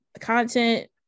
content